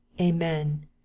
Amen